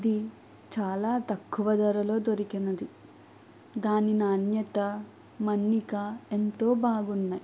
అది చాలా తక్కువ ధరలో దొరికినది దాని నాణ్యత మన్నిక ఎంతో బాగున్నాయి